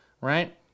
right